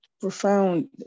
profound